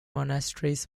monasteries